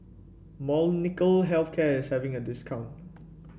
Molnylcke Health Care saving a discount